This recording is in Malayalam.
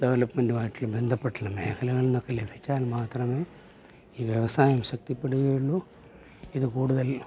ഡെവലപ്മെൻ്റുമായിട്ടുള്ള ബന്ധപ്പെട്ട മേഖലകളിൽ നിന്നൊക്കെ ലഭിച്ചാൽ മാത്രമേ ഈ വ്യവസായം ശക്തിപ്പെടുകയുള്ളൂ ഇത് കൂടുതൽ